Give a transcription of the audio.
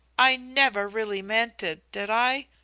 i never really meant it did i?